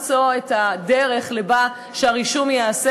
כדי גם למצוא את הדרך שבה הרישום ייעשה